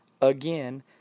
again